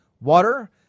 Water